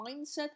mindset